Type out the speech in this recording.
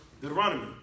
Deuteronomy